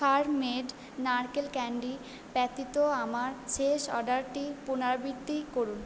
farm made নারকেল candy ব্যতীত আমার শেষ অর্ডারটির পুনারবৃত্তি করুন